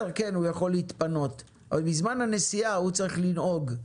הוא יכול להתפנות אבל בזמן הנסיעה הוא צריך לנהוג.